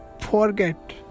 forget